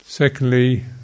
secondly